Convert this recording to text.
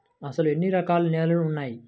అసలు ఎన్ని రకాల నేలలు వున్నాయి?